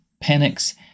panics